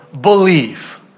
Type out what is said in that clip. believe